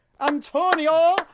Antonio